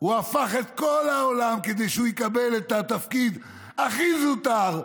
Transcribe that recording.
הוא הפך את כל העולם כדי שהוא יקבל את התפקיד הכי זוטר,